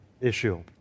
issue